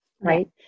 right